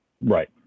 Right